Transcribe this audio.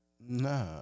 Nah